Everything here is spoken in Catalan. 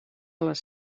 les